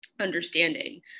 understanding